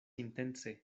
intence